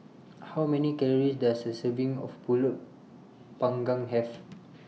How Many Calories Does A Serving of Pulut Panggang Have